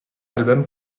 album